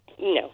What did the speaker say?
No